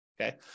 okay